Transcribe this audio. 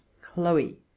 chloe